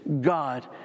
God